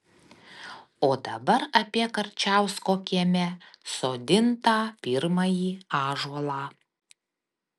o dabar apie karčiausko kieme sodintą pirmąjį ąžuolą